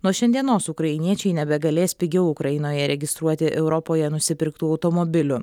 nuo šiandienos ukrainiečiai nebegalės pigiau ukrainoje registruoti europoje nusipirktų automobilių